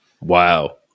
Wow